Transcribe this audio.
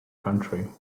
country